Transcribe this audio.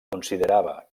considerava